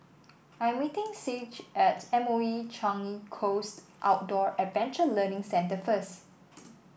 I'm meeting Saige at M O E Changi Coast Outdoor Adventure Learning Centre first